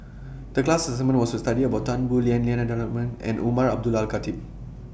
The class assignment was to study about Tan Boo Liat Lim Denan Denon and Umar Abdullah Al Khatib